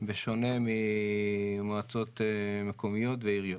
בשונה ממועצות מקומיות ועיריות.